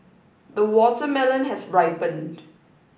the watermelon has ripened